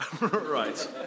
Right